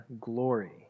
glory